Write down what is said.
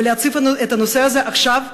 ולהציף את הנושא הזה עכשיו,